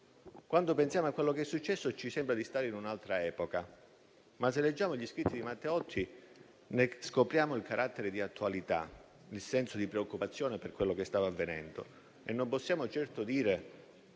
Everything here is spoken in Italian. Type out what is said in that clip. Quando pensiamo a quello che è successo, ci sembra di stare in un'altra epoca. Se però leggiamo gli scritti di Matteotti, ne scopriamo il carattere di attualità e il senso di preoccupazione per quello che stava avvenendo e non possiamo certo dire